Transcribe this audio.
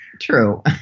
true